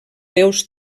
déus